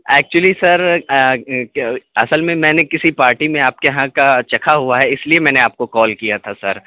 actually sir اصل میں میں نے کسی پارٹی میں آپ کے یہاں کا چکھا ہوا ہے اس لیے میں نے آپ کو کال کیا تھا سر